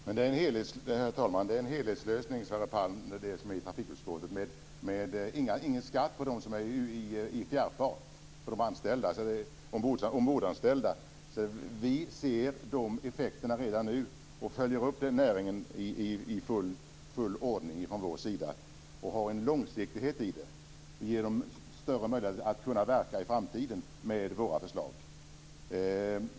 Herr talman! Vi moderater i trafikutskottet vill ha en helhetslösning som innebär: ingen skatt för de ombordanställda som är i fjärrfart. Vi ser effekterna redan nu och följer upp näringen. Vi har också en långsiktighet i det hela. Med våra förslag får de ombordanställda större möjligheter att verka i framtiden.